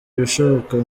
ibishoboka